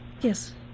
Yes